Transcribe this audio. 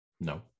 no